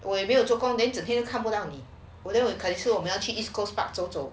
我也没有做工 then 整天看不到你 then 可能我们要去 east coast park 走走